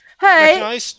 hey